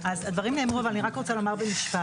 הדברים נאמרו, אבל אני רק רוצה לומר במשפט.